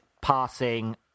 passing